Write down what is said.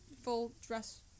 full-dress